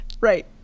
Right